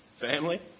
Family